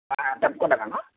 తప్పకుండా అమ్మ